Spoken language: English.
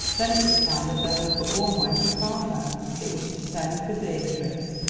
then it was found that there was but one way to calm her it was to send for beatrice.